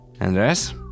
Andres